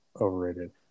overrated